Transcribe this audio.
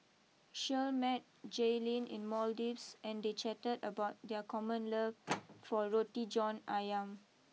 Shirl met Jaelynn in Maldives and they chatted about their common love for Roti John Ayam